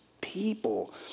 people